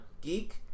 Geek